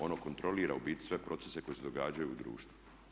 Ono kontrolira u biti sve procese koji se događaju u društvu.